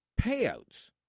payouts